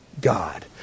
God